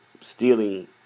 stealing